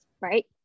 right